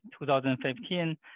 2015